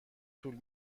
طول